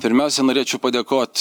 pirmiausia norėčiau padėkot